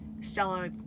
Stella